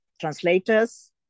translators